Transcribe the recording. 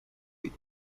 with